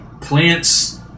plants